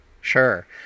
Sure